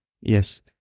Yes